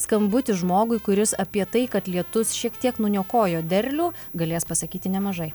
skambutį žmogui kuris apie tai kad lietus šiek tiek nuniokojo derlių galės pasakyti nemažai